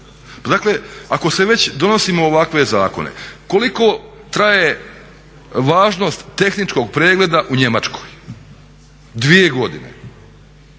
dakle, ako već donosimo ovakve zakone koliko traje važnost tehničkog pregleda u Njemačkoj? 2 godine.